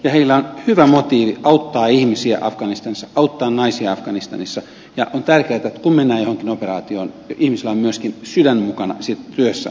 heillä on hyvä motiivi auttaa ihmisiä afganistanissa auttaa naisia afganistanissa ja on tärkeätä että kun mennään johonkin operaatioon ihmisillä on myöskin sydän mukana siinä työssä mitä tehdään